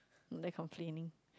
and then complaining